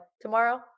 tomorrow